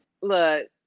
Look